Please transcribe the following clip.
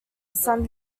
son